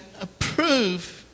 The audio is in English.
approve